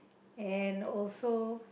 and also